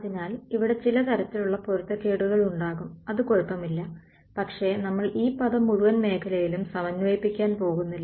അതിനാൽ ഇവിടെ ചില തരത്തിലുള്ള പൊരുത്തക്കേടുകൾ ഉണ്ടാകും അത് കുഴപ്പമില്ല പക്ഷേ നമ്മൾ ഈ പദം മുഴുവൻ മേഖലയിലും സമന്വയിപ്പിക്കാൻ പോകുന്നില്ല